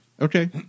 Okay